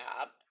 up